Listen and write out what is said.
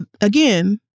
again